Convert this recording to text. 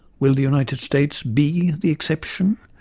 will the united states be the exception?